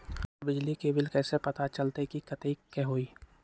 हमर बिजली के बिल कैसे पता चलतै की कतेइक के होई?